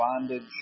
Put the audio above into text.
bondage